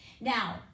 Now